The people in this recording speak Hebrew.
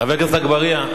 חבר הכנסת אגבאריה,